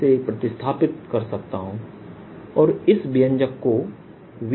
से प्रतिस्थापित कर सकता हूं और इस व्यंजक को Vr14π0Pr1